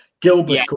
Gilbert